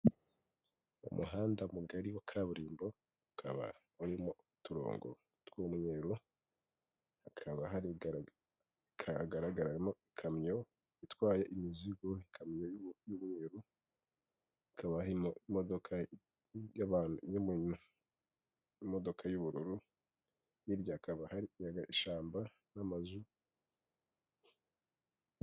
Umuhanda mugari wa kaburimbo, ukaba urimo uturongo tw'umweru, hakaba hari hagaragaramo ikamyo itwaye imizigo, ikamyo itwaye imizigo, imodoka y'ubururu n'umweru, ikaba imodoka y'ubururu, hirya hakaba hari ishyamba n'amazu.